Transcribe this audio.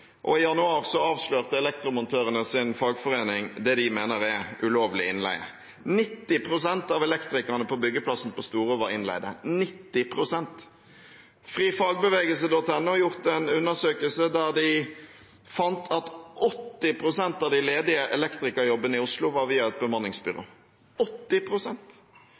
og i januar avslørte Elektromontørenes forening det de mener er ulovlig innleie. 90 pst. av elektrikerne på byggeplassen på Storo var innleid – 90 pst.! FriFagbevegelse.no har gjort en undersøkelse der de fant at 80 pst. av de ledige elektrikerjobbene i Oslo var via et bemanningsbyrå